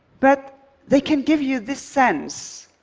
but they can give you this sense